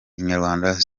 inyarwanda